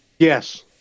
Yes